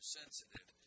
sensitive